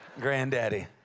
granddaddy